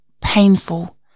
painful